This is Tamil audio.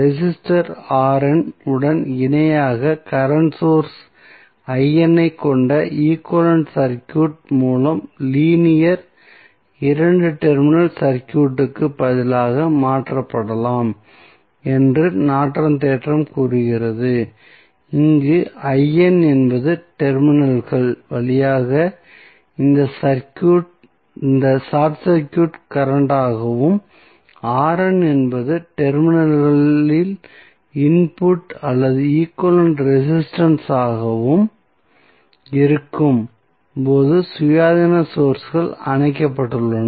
ரெசிஸ்டர் உடன் இணையாக கரண்ட் சோர்ஸ் ஐ கொண்ட ஈக்வலன்ட் சர்க்யூட் மூலம் லீனியர் 2 டெர்மினல் சர்க்யூட்க்கு பதிலாக மாற்றப்படலாம் என்று நார்டனின் தேற்றம் கூறுகிறது இங்கு என்பது டெர்மினல்கள் வழியாக இந்த ஷார்ட் சர்க்யூட் கரண்ட்டாகவும் என்பது டெர்மினல்களில் இன்புட் அல்லது ஈக்வலன்ட் ரெசிஸ்டன்ஸ் ஆகவும் இருக்கும் போது சுயாதீன சோர்ஸ்கள் அணைக்கப்பட்டுள்ளன